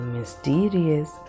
mysterious